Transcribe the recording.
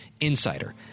insider